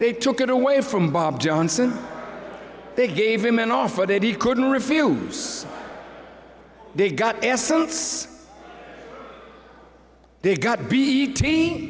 they took it away from bob johnson they gave him an offer that he couldn't refuse they got essence they got to be t